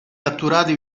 catturati